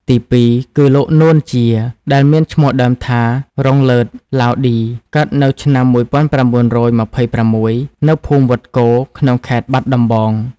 ទីពីរគឺលោក នួន ជា ដែលមានឈ្មោះដើមថា រុងឡឺត ឡាវឌី កើតនៅឆ្នាំ១៩២៦ នៅភូមិវត្តគរ ក្នុងខេត្តបាត់ដំបង។